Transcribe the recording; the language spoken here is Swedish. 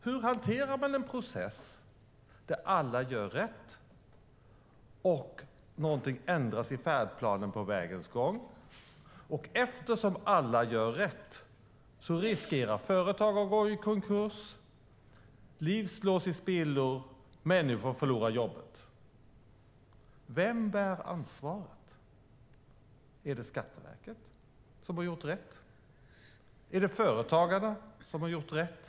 Hur hanterar man en process där alla gör rätt men något ändras i färdplanen under vägens gång och företag riskerar att gå i konkurs, liv slås i spillror och människor förlorar jobben? Vem bär ansvaret? Är det Skatteverket, som ju har gjort rätt? Är det företagarna, som också har gjort rätt?